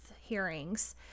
hearings